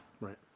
Right